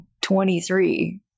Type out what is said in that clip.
23